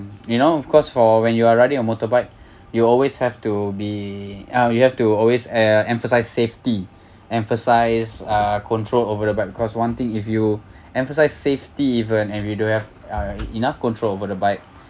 you know of course for when you are riding a motorbike you always have to be uh you have to always uh emphasise safety emphasise uh control over the bike because one thing if you emphasise safety even and you don't have uh enough control over the bike